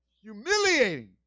humiliating